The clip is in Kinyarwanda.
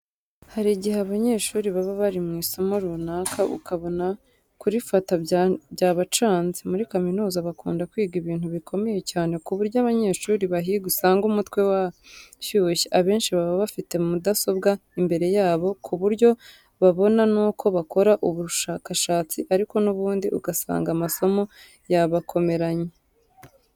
Hari igihe abanyeshuri baba bari mu isomo runaka ukabona kurifata byabacanze. Muri kaminuza bakunda kwiga ibintu bikomeye cyane ku buryo abanyeshuri bahiga usanga umutwe washyushye. Abenshi baba bafite mudasobwa imbere yabo ku buryo babona n'uko bakora ubushakashatsi ariko n'ubundi ugasanga amasomo yabakomeranye.